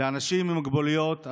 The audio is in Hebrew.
לאנשים עם מוגבלויות,